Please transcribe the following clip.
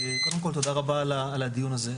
קודם כל תודה רבה על הדיון הזה,